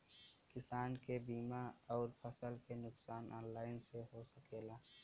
किसान के बीमा अउर फसल के नुकसान ऑनलाइन से हो सकेला?